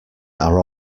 are